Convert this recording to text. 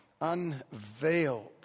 unveiled